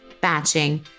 batching